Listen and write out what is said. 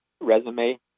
resume